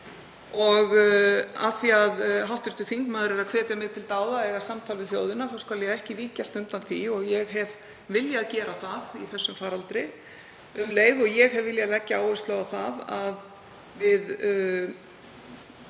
Af því að hv. þingmaður er að hvetja mig til dáða að eiga samtal við þjóðina skal ég ekki víkjast undan því. Ég hef viljað gera það í þessum faraldri um leið og ég hef viljað leggja áherslu á að við